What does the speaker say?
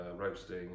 roasting